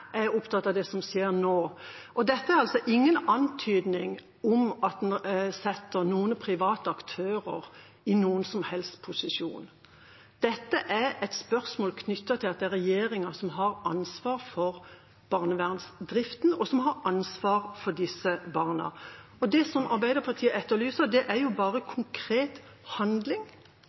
Jeg er opptatt av det som skjer nå. Dette er altså ingen antydning om at en setter noen private aktører i noen som helst posisjon. Dette er et spørsmål knyttet til at det er regjeringa som har ansvar for barnevernsdriften, og som har ansvar for disse barna. Det som Arbeiderpartiet etterlyser, er bare konkret handling.